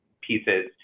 pieces